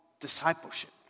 discipleship